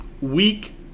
Week –